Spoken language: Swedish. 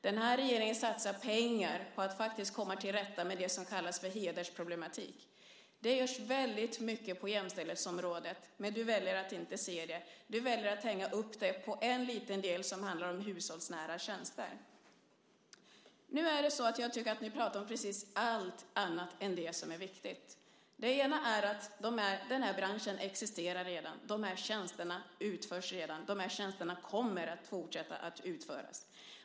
Den här regeringen satsar pengar på att faktiskt komma till rätta med det som kallas hedersproblematik. Det görs väldigt mycket på jämställdhetsområdet. Men du väljer att inte se det. Du väljer att hänga upp dig på en liten del som handlar om hushållsnära tjänster. Jag tycker att ni pratar om precis allt annat än det som är viktigt. Det ena är att den här branschen redan existerar. De här tjänsterna utförs redan. De här tjänsterna kommer att fortsätta att utföras.